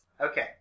Okay